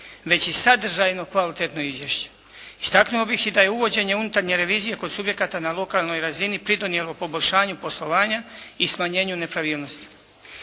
već i sadržajno kvalitetno izvješće. Istaknuo bih i da je uvođenje unutarnje revizije kod subjekata na lokalnoj razini pridonijelo poboljšanju poslovanja i smanjenju nepravilnosti.